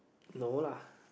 no lah